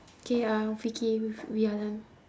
okay uh vicky we've we are done